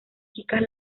chicas